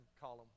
column